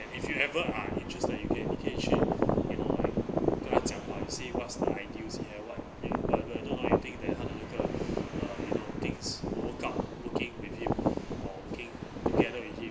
if you ever are interested you can 你可以去 you know like 跟他讲话 you see what's the ideals what you don't know anything 他有一个 you know tips to work out working with him or working together in him